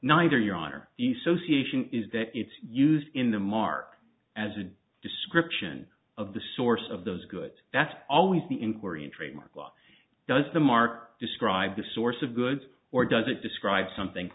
neither your honor the so see is that it's used in the mark as a description of the source of those good that's always the inquiry in trademark law does the mark describe the source of good or does it describe something